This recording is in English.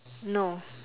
no